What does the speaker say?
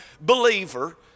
believer